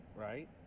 right